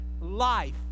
life